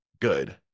good